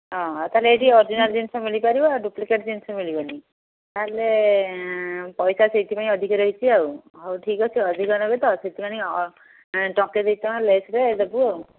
ହଁ ହଁ ତା'ହେଲେ ଏଇଠି ଅର୍ଜିନାଲ୍ ଜିନିଷ ମିଳିପାରିବ ଡୁପ୍ଲିକେଟ୍ ଜିନିଷ ମିଳିବନି ତା'ହେଲେ ପଇସା ସେଇଥିପାଇଁ ଅଧିକ ରହିଛି ଆଉ ହଉ ଠିକ୍ ଅଛି ଅଧିକ ନେବେ ତ ସେଥିପାଇଁ ଟଙ୍କେ ଦୁଇ ଟଙ୍କା ଲେସ୍ରେ ଦେବୁ ଆଉ